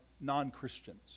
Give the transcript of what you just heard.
non-Christians